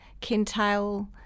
Kintail